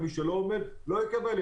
ומי שלא עומד לא יקבל,